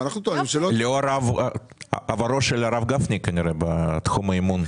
לאור עברו של הרב גפני בתחום האימון.